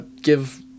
give